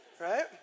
right